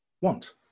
want